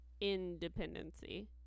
independency